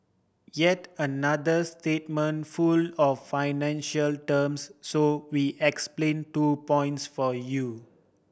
yet another statement full of financial terms so we explain two points for you